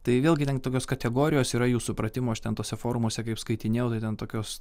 tai vėlgi ten tokios kategorijos yra jų supratimu aš ten tose forumuose kaip skaitinėjau ten tokios